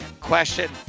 Question